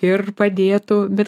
ir padėtų bet